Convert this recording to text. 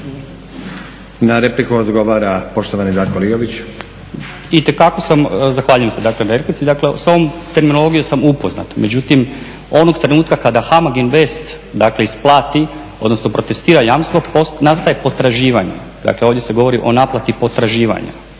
na repliku poštovani Darko Liović. Izvolite. **Liović, Darko** Zahvaljujem se na replici. Dakle s ovom terminologijom sam upoznat, međutim onog trenutka kada HAMAG INVEST isplati odnosno protestira jamstvo nastaje potraživanje. Dakle ovdje se govori o naplati potraživanja.